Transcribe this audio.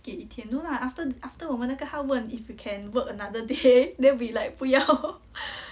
给一天 no lah after after 我们那个她问 if we can work another day then we like 不要